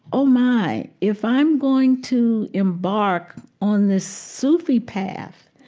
oh, my. if i'm going to embark on this sufi path,